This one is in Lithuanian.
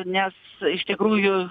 nes iš tikrųjų